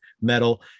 metal